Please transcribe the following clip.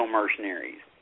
mercenaries